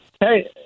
Hey